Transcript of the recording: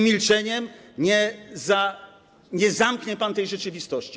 Milczeniem nie zamknie pan tej rzeczywistości.